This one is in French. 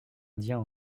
indiens